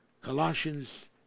colossians